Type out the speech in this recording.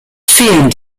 fehlen